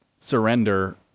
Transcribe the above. surrender